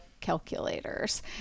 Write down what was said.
calculators